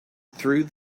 through